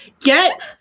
Get